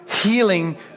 healing